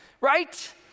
right